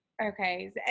Okay